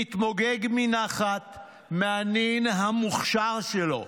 מתמוגג מנחת מהנין המוכשר שלו,